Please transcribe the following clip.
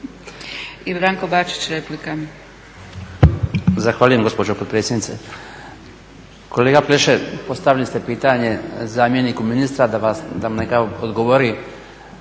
Branko (HDZ)** Zahvaljujem gospođo potpredsjednice. Kolega Pleše, postavili ste pitanje zamjeniku ministra da vam neka odgovori